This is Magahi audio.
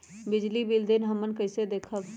बिजली बिल देल हमन कईसे देखब?